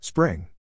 Spring